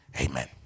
Amen